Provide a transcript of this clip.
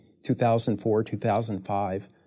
2004-2005